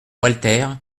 walter